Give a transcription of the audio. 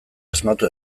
asmatu